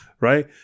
Right